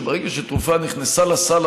שברגע שתרופה נכנסה לסל,